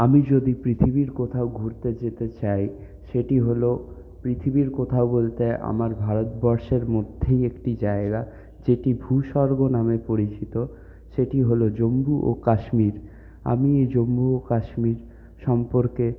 আমি যদি পৃথিবীর কোথাও ঘুরতে যেতে চাই সেটি হল পৃথিবীর কোথাও বলতে আমার ভারতবর্ষের মধ্যেই একটি জায়গা যেটি ভূস্বর্গ নামে পরিচিত সেটি হল জম্মু ও কাশ্মীর আমি এই জম্মু ও কাশ্মীর সম্পর্কে